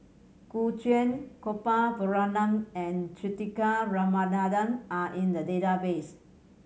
Gu Juan Gopal Baratham and Juthika Ramanathan are in the database